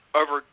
over